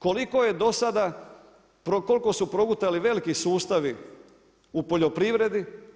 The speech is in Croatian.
Koliko je do sada, koliko su progutali veliki sustavi u poljoprivredi?